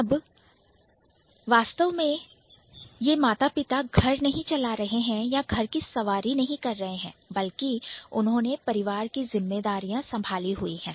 वे वास्तव में घर नहीं चला रहे हैं या घर की सवारी नहीं कर रहे हैं बल्कि उन्होंने परिवार की जिम्मेदारियां ली हुई है